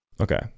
okay